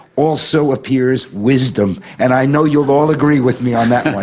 also appears wisdom, and i know you all agree with me on that one.